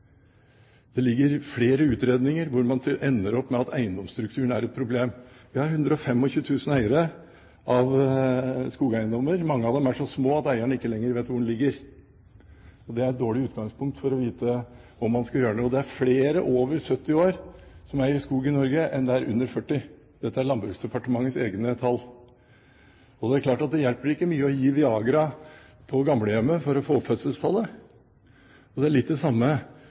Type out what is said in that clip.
flere utredninger ender man opp med at eiendomsstrukturen er et problem. Det er 125 000 eiere av skogeiendommer, mange så små at eierne ikke lenger vet hvor de ligger. Det er et dårlig utgangspunkt for å vite om man skal gjøre noe. Det er flere over 70 år som eier skog i Norge, enn det er under 40 år. Dette er Landbruksdepartementets egne tall. Og det er klart at det hjelper ikke mye å gi Viagra på gamlehjemmet for å få opp fødselstallet. Det er litt det samme